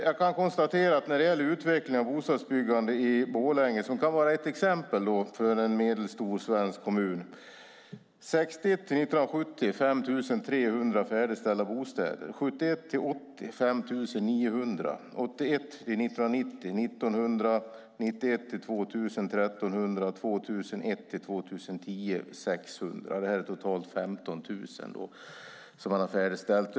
Jag kan redovisa utvecklingen av bostadsbyggande i Borlänge, som kan vara ett exempel på en medelstor svensk kommun: 1961-1970 5 300 färdigställda bostäder; 1971-1980 5 900; 1981-1990 1 900; 1991-2000 1 300; 2001-2010 600. Det är totalt 15 000 som har färdigställts.